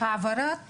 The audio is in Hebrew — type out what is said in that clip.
העברת